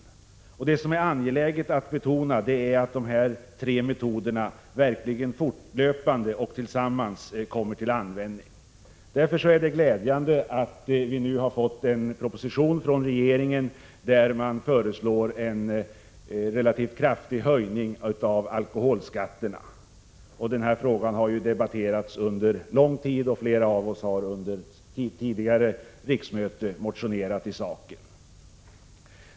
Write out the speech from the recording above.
Det är angeläget att betona att de tre metoderna verkligen fortlöpande och tillsammans kommer till användning. Därför är det glädjande att vi nu har fått en proposition där regeringen föreslår en relativt kraftig höjning av alkoholskatterna. Den frågan har debatterats under lång tid och flera av oss har under tidigare riksmöte motionerat i saken.